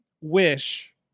wish